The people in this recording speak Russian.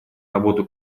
работу